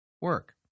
work